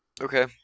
Okay